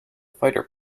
fighter